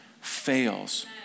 fails